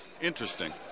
Interesting